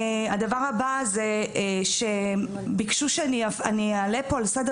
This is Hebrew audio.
הדבר הבא זה שביקשו שאני אעלה פה על סדר